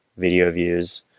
video views,